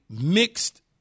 mixed